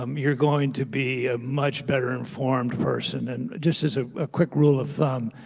um you're going to be a much better informed person, and just as ah a quick rule of thumb.